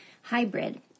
hybrid